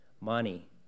Money